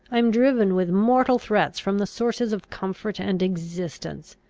i am driven with mortal threats from the sources of comfort and existence.